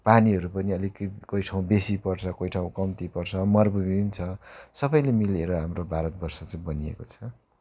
पानीहरू पनि अलिकति कही ठाउँ बेसी पर्छ कोही ठाउँ कम्ती पर्छ मरुभूमि पनि छ सबैले मिलेर हाम्रो भारतवर्ष चाहिँ बनिएको छ